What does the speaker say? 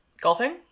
golfing